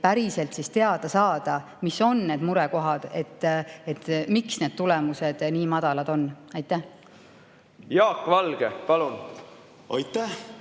päriselt teada saada, mis on need murekohad, miks need tulemused nii madalad on. Jaak Valge, palun! Aitäh!